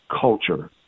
culture